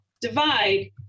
divide